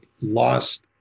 lost